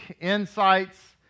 insights